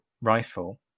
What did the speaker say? rifle